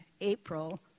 April